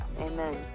Amen